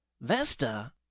Vesta